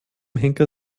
henker